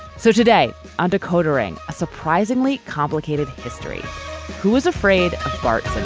so today on decoder ring a surprisingly complicated history who is afraid of bart